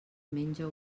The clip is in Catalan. menja